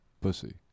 pussy